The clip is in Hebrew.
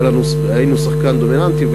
היינו שחקן דומיננטי,